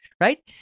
Right